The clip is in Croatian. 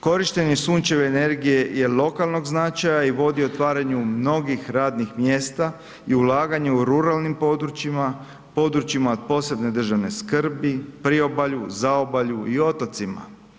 Korištenje sunčeve energije je od lokalnog značaja i vodi otvaranju mnogih radnih mjesta i ulaganja u ruralnim područjima, područjima od posebne državne skrbi, Priobalju, Zaobalju i otocima.